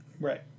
Right